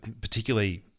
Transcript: particularly